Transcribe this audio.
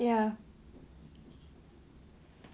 ya